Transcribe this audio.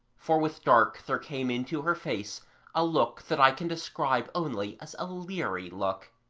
for with dark there came into her face a look that i can describe only as a leary look.